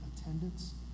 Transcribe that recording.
attendance